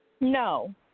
No